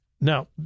Now